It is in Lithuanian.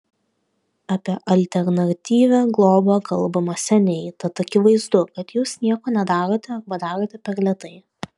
apie alternatyvią globą kalbama seniai tad akivaizdu kad jūs nieko nedarote arba darote per lėtai